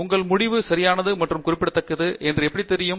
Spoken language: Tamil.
உங்கள் முடிவு சரியானது மற்றும் குறிப்பிடத்தக்கது என்று எப்படித் தெரியும்